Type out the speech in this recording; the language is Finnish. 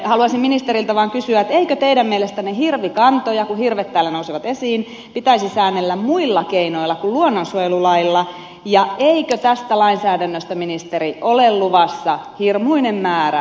haluaisin ministeriltä vaan kysyä eikö teidän mielestänne hirvikantoja kun hirvet täällä nousevat esiin pitäisi säännellä muilla keinoilla kuin luonnonsuojelulailla ja eikö tästä lainsäädännöstä ministeri ole luvassa hirmuinen määrä tulkintaepäselvyyksiä